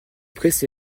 pressé